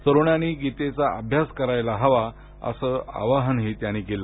तरुणांनी गीतेचा अभ्यास करायला हवा असं आवाहनही त्यांनी केलं